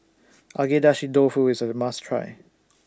Agedashi Dofu IS A must Try